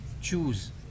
choose